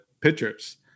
pitchers